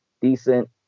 decent